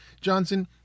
Johnson